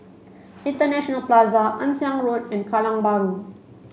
International Plaza Ann Siang Road and Kallang Bahru